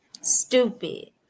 stupid